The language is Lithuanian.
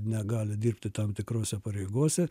negali dirbti tam tikrose pareigose